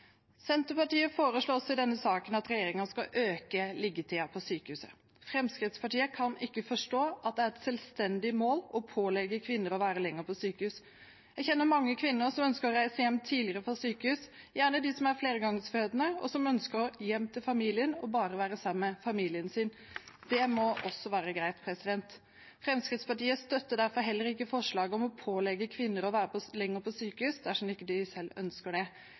Senterpartiet foreslår også i denne saken at regjeringen skal øke liggetiden på sykehuset. Fremskrittspartiet kan ikke forstå at det er et selvstendig mål å pålegge kvinner å være lenger på sykehus. Jeg kjenner mange kvinner som ønsker å reise hjem tidlig fra sykehus, gjerne de som er flergangsfødende, og som ønsker seg hjem til familien og bare vil være sammen med familien sin. Det må også være greit. Fremskrittspartiet støtter derfor heller ikke forslaget om å pålegge kvinner å være lenger på sykehus, dersom de ikke selv ønsker det.